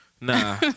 Nah